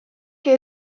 que